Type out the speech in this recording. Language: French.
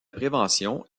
prévention